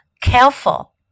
careful